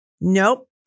Nope